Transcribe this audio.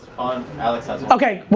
alex has okay,